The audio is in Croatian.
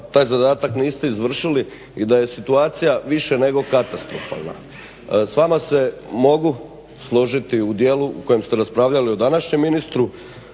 taj zadatak niste izvršili i da je situacija više nego katastrofalna. S vama se mogu složiti u dijelu u kojem ste raspravljali o današnjem ministru.